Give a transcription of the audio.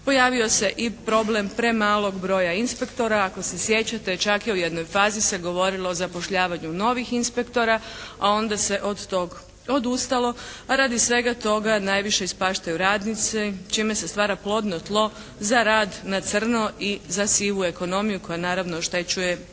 Pojavio se i problem premalog broja inspektora. Ako se sjećate čak u jednoj fazi se govorilo o zapošljavanju novih inspektora, a onda se od tog odustalo, a radi svega toga najviše ispaštaju radnici, čime se stvara plodno tlo za rad na crno i za sivu ekonomiju koja naravno oštećuje i